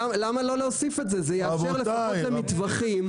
למה לא להוסיף את זה זה יאפשר לפחות למטווחים לעבוד.